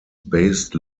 based